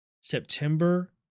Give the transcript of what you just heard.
September